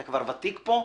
אתה כבר ותיק פה,